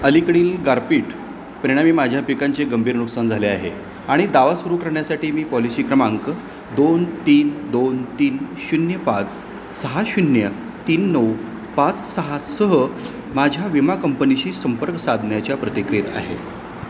अलीकडील गारपीट परिणामी माझ्या पिकांचे गंभीर नुकसान झाले आहे आणि दावा सुरू करण्यासाठी मी पॉलिसी क्रमांक दोन तीन दोन तीन शून्य पाच सहा शून्य तीन नऊ पाच सहा सह माझ्या विमा कंपनीशी संपर्क साधण्याच्या प्रतिक्रियेत आहे